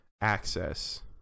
access